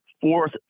Fourth